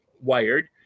wired